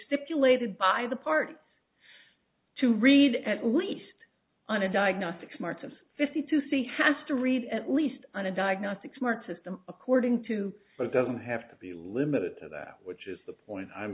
stipulated by the part to read at least on a diagnostic smarts of fifty two c has to read at least on a diagnostic smart system according to but doesn't have to be limited to that which is the point i'm